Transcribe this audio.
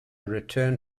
return